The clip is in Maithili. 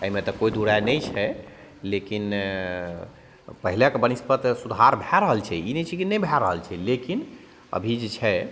एहिमे तऽ कोइ दुइ राय नहि छै लेकिन पहिलेके बनिस्पत सुधार भए रहल छै ई नहि छै कि नहि भए रहल छै लेकिन अभी जे छै